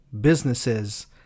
businesses